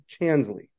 Chansley